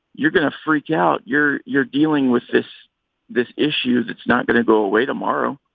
you're going to freak out. you're you're dealing with this this issue. it's not going to go away tomorrow.